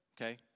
Okay